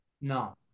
No